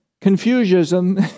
Confucianism